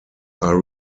are